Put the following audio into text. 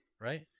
Right